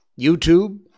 YouTube